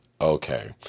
Okay